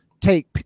take